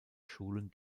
schulen